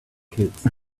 kids